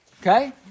Okay